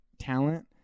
talent